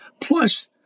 plus